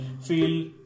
feel